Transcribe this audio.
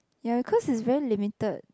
ya because it's very limited